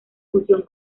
fusión